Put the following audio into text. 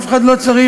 אף אחד לא צריך,